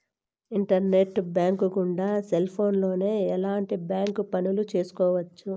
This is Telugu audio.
ఇంటర్నెట్ బ్యాంకు గుండా సెల్ ఫోన్లోనే ఎలాంటి బ్యాంక్ పనులు చేసుకోవచ్చు